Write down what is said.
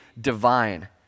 divine